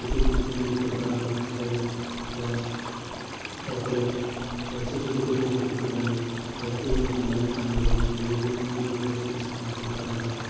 ticket booking ବି କରି ପାରୁଛୁ ଟ୍ରେନ୍ ବସ୍ ଏରୋପ୍ଲେନ୍ କେନସି ବି ଟିକେଟ୍ ହଉ ବୁକିଙ୍ଗ୍ କରି ପାରୁଛୁ ବହୁତି ଜିନିଷ୍ ଅନଲାଇନ୍ କାମ୍ ବି ହଉଛି ଗୁଗୁଲରେ ବି ବହୁ ଜିନିଷ୍ କାମ୍ କରି ପାରୁଛୁ ଆମେ